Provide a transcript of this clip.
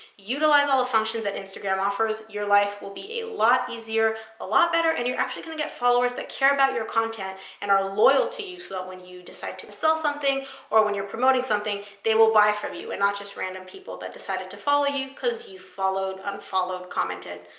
utilize all the functions that instagram offers. your life will be a lot easier, a lot better, and you're actually going to get followers that care about your content and are loyal to you so that, when you decide to to sell something or when you're promoting something, they will buy from you, and not just random people that decided to follow you because you followed, unfollowed, commented,